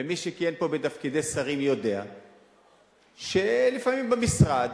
ומי שכיהן פה בתפקידי שרים יודע שלפעמים במשרד